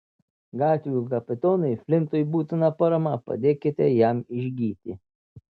gatvių kapitonui flintui būtina parama padėkite jam išgyti